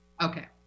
Okay